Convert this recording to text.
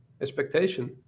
expectation